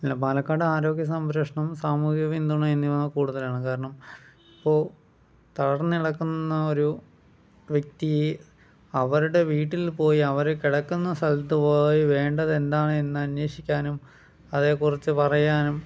അല്ല പാലക്കാട് ആരോഗ്യ സംരക്ഷണം സാമൂഹിക പിന്തുണ എന്നിവ കൂടുതലാണ് കാരണം ഇപ്പോ തളർന്ന് കിടക്കുന്ന ഒരു വ്യക്തിയെ അവരുടെ വീട്ടിൽ പോയി അവര് കിടക്കുന്ന സ്ഥലത്ത് പോയി വേണ്ടത് എന്താണ് എന്ന് അന്വേഷിക്കാനും അതെക്കുറിച്ച് പറയാനും